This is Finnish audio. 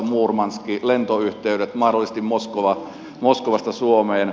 tromssamuurmanski lentoyhteydet mahdollisesti moskovasta suomeen